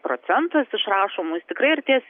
procentas išrašomų jis tikrai artės